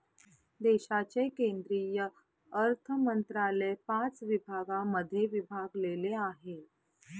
देशाचे केंद्रीय अर्थमंत्रालय पाच विभागांमध्ये विभागलेले आहे